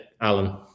Alan